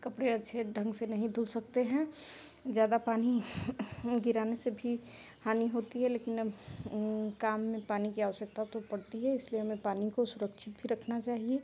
कपड़े अच्छे ढंग से नहीं धुल सकते हैं ज़्यादा पानी गिराने से भी हानि होती है लेकिन अब काम में पानी की आवश्यकता तो पड़ती है इसलिए हमें पानी को सुरक्षित भी रखना चाहिए